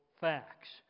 facts